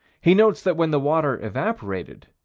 he notes that when the water evaporated,